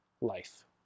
life